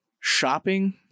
shopping